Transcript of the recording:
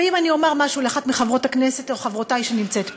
ואם אני אומר משהו לאחת מחברות הכנסת או מחברותי שנמצאות פה,